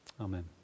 Amen